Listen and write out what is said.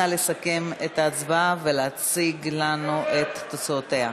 נא לסכם את ההצבעה ולהציג לנו את תוצאותיה.